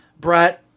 Brett